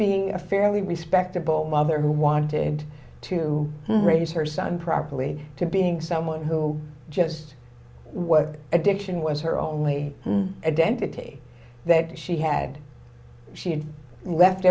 being a fairly respectable mother who wanted to raise her son properly to being someone who just what addiction was her only identity that she had she had left